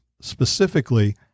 specifically